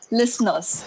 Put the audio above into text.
listeners